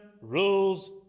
rules